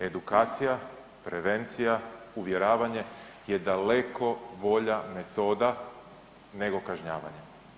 Edukacija, prevencija, uvjeravanje je daleko bolja metoda nego kažnjavanje.